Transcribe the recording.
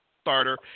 starter